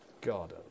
God